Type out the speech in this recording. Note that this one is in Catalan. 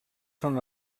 són